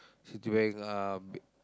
Citibank uh b~